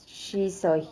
she so~